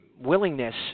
willingness